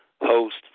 host